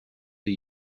the